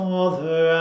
Father